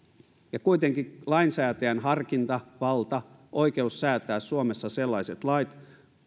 ja kuitenkin lainsäätäjän harkintavalta oikeus säätää suomessa sellaiset lait